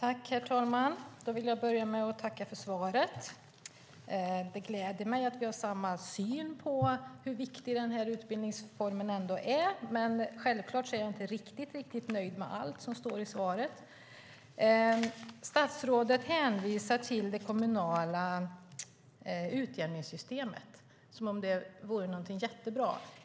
Herr talman! Jag vill börja med att tacka för svaret. Det gläder mig att vi har samma syn på hur viktig den här utbildningsformen är, men självklart är jag inte riktigt nöjd med allt som står i svaret. Statsrådet hänvisar till det kommunala utjämningssystemet som om det vore någonting jättebra.